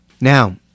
Now